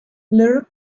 leur